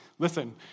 Listen